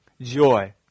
joy